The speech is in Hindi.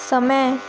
समय